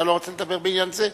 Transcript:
בבקשה.